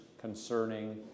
concerning